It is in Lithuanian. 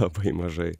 labai mažai